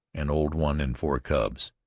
an old one and four cubs.